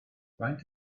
faint